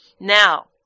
Now